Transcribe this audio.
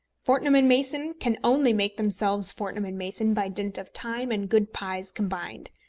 fortnum and mason can only make themselves fortnum and mason by dint of time and good pies combined.